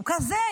הוא כזה,